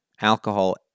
alcohol